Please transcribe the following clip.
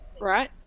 right